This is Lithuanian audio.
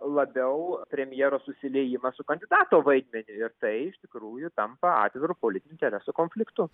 labiau premjero susiliejimas su kandidato vaidmeniu ir tai iš tikrųjų tampa atviru politinių interesų konfliktu